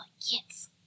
yes